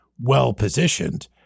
well-positioned